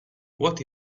what